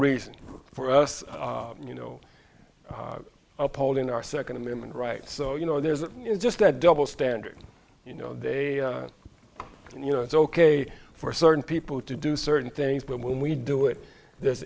reason for us you know upholding our second amendment rights so you know there's just that double standard you know they you know it's ok for certain people to do certain things but when we do it this